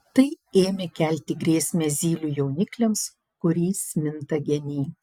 tai ėmė kelti grėsmę zylių jaunikliams kuriais minta geniai